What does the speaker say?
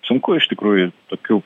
sunku iš tikrųjų tokių